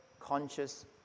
conscious